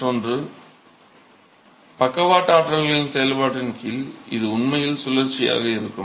மற்றொன்று பக்கவாட்டு ஆற்றல்களின் செயல்பாட்டின் கீழ் இது உண்மையில் சுழற்சியாக இருக்கும்